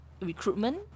recruitment